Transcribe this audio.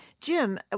Jim